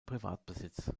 privatbesitz